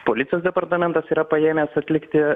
policijos departamentas yra paėmęs atlikti